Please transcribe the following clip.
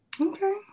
Okay